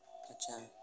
अच्छा